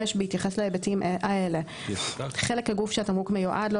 בהתייחס להיבטים האלה: 6.1.1 חלק הגוף שהתמרוק מיועד לו,